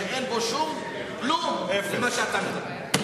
שאין בו שום כלום ממה שאתה אומר.